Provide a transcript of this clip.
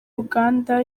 uganda